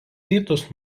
rytus